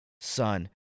Son